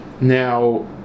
now